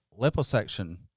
liposuction